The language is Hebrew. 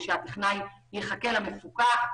כדי שהטכנאי יחכה למפוקח,